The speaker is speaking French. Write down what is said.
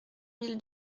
mille